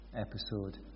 Episode